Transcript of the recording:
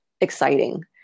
exciting